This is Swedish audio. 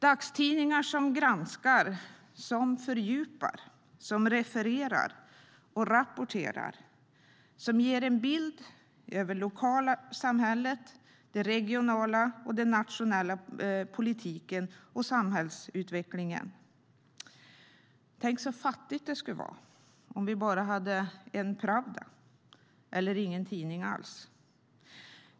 Dagstidningarna granskar, fördjupar, refererar och rapporterar. De ger en bild av det lokala och regionala samhället, av nationella händelser i politiken och av samhällsutvecklingen. Tänk så fattigt det skulle vara om vi bara hade en Pravda eller ingen tidning alls!